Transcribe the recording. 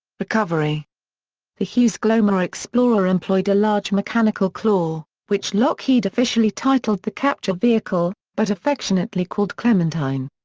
recovery the hughes glomar explorer employed a large mechanical claw, which lockheed officially titled the capture vehicle but affectionately called clementine.